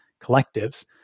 collectives